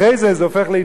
זה הופך להתפרעות,